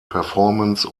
performance